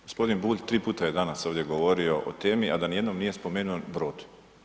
Gospodin Bulj tri puta je danas ovdje govorio o temi, a da nijednom nije spomenuo brod.